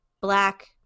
black